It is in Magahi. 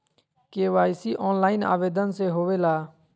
के.वाई.सी ऑनलाइन आवेदन से होवे ला?